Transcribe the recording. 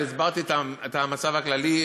אבל הסברתי את המצב הכללי,